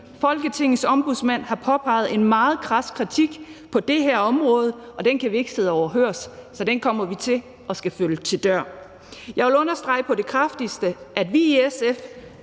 Folketingets Ombudsmand har givet en meget krads kritik på det her område, og den kan vi ikke sidde overhørig, så det kommer vi til at følge til dørs. Jeg vil understrege på det kraftigste, at vi i SF